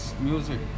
music